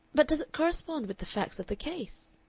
but does it correspond with the facts of the case?